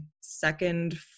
second